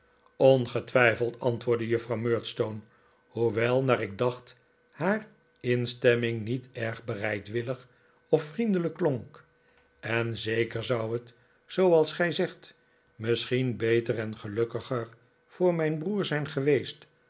ohgetwijfeld antwoordde juffrouw murdstone hoewel naar ik dacht haar instemming niet erg bereidwillig of vriendelijk klonk en zeker zou het zooals gij zegt misscrnyen beter en gelukkiger voor mijn broer zijn geweest